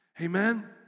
Amen